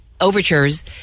overtures